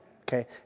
okay